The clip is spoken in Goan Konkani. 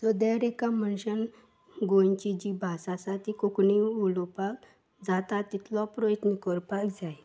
सो दर एका मनशान गोंयची जी भास आसा ती कोंकणी उलोवपाक जाता तितलो प्रयत्न करपाक जाय